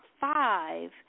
five